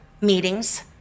meetings